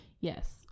Yes